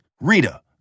Rita